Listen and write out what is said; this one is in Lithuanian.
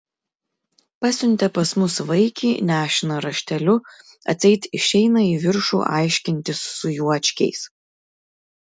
pasiuntė pas mus vaikį nešiną rašteliu atseit išeina į viršų aiškintis su juočkiais